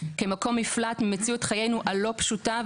כמקום נפלט ממציאות חיינו הלא פשוטה,